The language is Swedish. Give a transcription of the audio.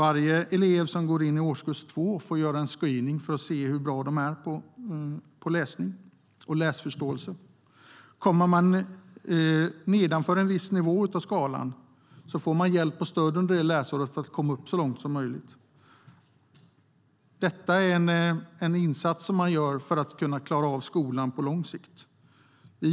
Alla elever som börjar årskurs 2 får göra en screening för att se hur bra de är på läsning och läsförståelse. Om de kommer nedanför en nivå på skalan får de hjälp och stöd under läsåret för att komma upp så långt som möjligt. Detta är en insats man gör för att kunna klara av skolan på lång sikt.